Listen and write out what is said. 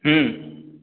হুম